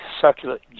succulent